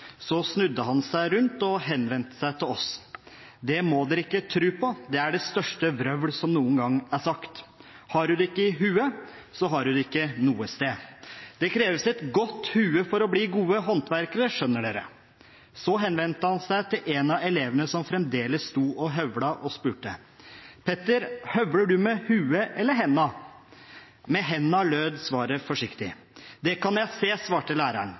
Så snudde han seg rundt og sa henvendt til oss. «Det må dere ikke tru på – det er det største vrøvlet som noensinne er sagt – har’u det ikke i hue, så har’u det ikke noe sted. Det kreves et godt hue for å bli gode håndverkere, skjønner dere!» Så henvendte han seg til en av elevene som fremdeles sto og høvlet og spurte: «Petter, høvler du med hue eller henda?» «Med henda…», lød svaret forsiktig. «Det kan jeg se», svarte læreren.